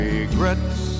Regrets